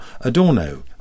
Adorno